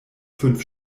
fünf